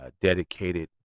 dedicated